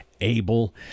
able